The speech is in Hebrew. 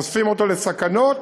חושפים אותו לסכנות,